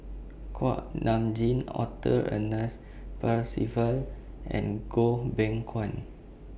Kuak Nam Jin Arthur Ernest Percival and Goh Beng Kwan